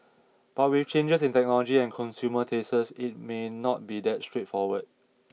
but with changes in technology and consumer tastes it may not be that straightforward